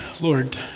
Lord